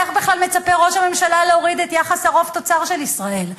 איך בכלל מצפה ראש הממשלה להוריד את יחס החוב תוצר של ישראל?